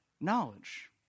knowledge